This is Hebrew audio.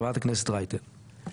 חברת הכנסת אפרת רייטן,